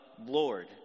Lord